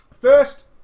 first